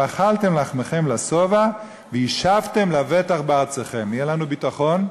ואכלתם לחמכם לשבע וישבתם לבטח בארצכם" יהיה לנו ביטחון,